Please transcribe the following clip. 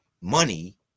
money